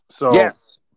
Yes